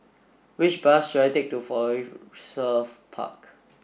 which bus should I take to Park